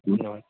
धन्यवाद